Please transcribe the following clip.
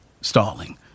stalling